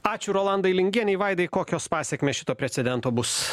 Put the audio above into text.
ačiū rolandai lingienei vaidai kokios pasekmės šito precedento bus